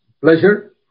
pleasure